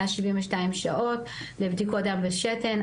היה 72 שעות לבדיקות דם ושתן,